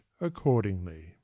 accordingly